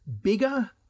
bigger